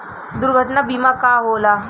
दुर्घटना बीमा का होला?